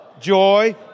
joy